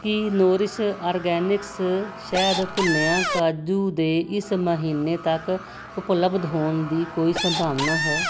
ਕੀ Nourish Organics ਸ਼ਹਿਦ ਭੁੰਨਿਆ ਕਾਜੂ ਦੇ ਇਸ ਮਹੀਨੇ ਤੱਕ ਉਪਲੱਬਧ ਹੋਣ ਦੀ ਕੋਈ ਸੰਭਾਵਨਾ ਹੈ